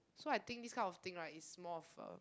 so I think this kind of thing right is more of a